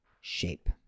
shape